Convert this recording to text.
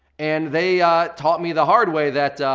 and they taught me the hard way that,